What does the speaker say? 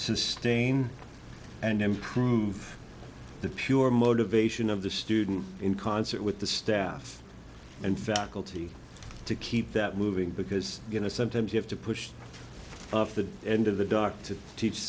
sustain and improve the pure motivation of the student in concert with the staff and faculty to keep that moving because you know sometimes you have to push of the end of the dark to teach